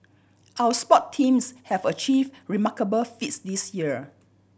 our sports teams have achieved remarkable feats this year